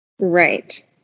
Right